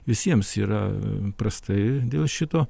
visiems yra prastai dėl šito